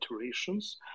iterations